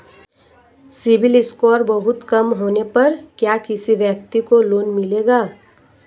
CIBIL score बहुत कम होने पर क्या किसी व्यक्ति को लोंन मिलेगा?